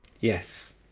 Yes